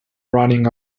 running